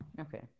Okay